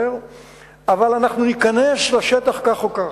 אבל אנחנו ניכנס לשטח כך או כך.